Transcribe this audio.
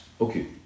okay